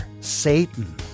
Satan